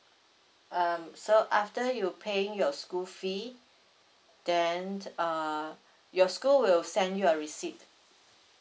um so after you paying your school fee then uh your school will send you a receipt